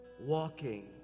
walking